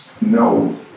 no